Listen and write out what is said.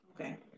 okay